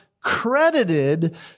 credited